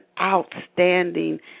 outstanding